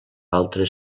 altres